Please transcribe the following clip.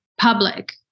public